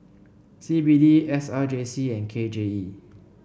C B D S R J C and K J E